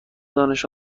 دانش